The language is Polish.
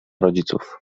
rodziców